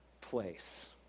place